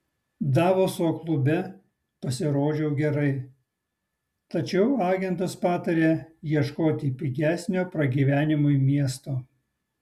davoso klube pasirodžiau gerai tačiau agentas patarė ieškoti pigesnio pragyvenimui miesto